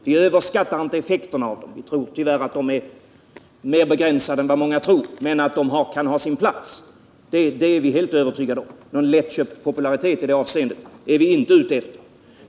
Vi överskattar inte effekten av dem — den är tyvärr mera begränsad än vad många tror — men att de kan ha sin plats är vi helt övertygade om. Någon lättköpt popularitet i det avseendet är vi inte ute efter.